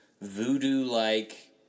voodoo-like